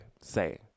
say